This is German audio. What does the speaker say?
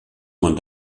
man